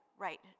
Right